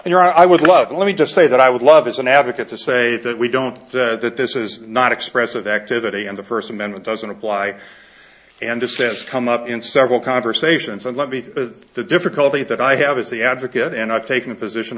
and your i would love let me just say that i would love as an advocate to say that we don't that this is not expressive activity and the first amendment doesn't apply and it says come up in several conversations and let me to the difficulty that i have as the advocate and i've taken a p